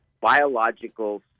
biological